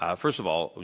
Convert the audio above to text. ah first of all,